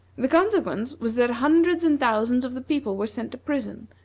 the consequence was that hundreds and thousands of the people were sent to prison,